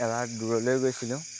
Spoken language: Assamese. এবাৰ দূৰলৈ গৈছিলোঁ